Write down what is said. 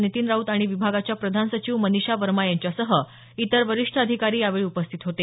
नितीन राऊत आणि विभागाच्या प्रधान सचिव मनिषा वर्मा यांच्यासह इतर वरिष्ठ अधिकारी यावेळी उपस्थित होते